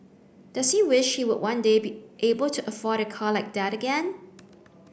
does he wish he would one day be able to afford a car like that again